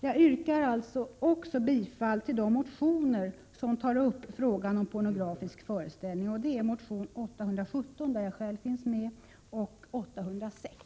Jag yrkar alltså bifall till de motioner som tar upp frågan om pornografisk föreställning, nämligen motionerna Ju817, där jag själv finns med, och Ju806.